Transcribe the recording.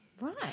Right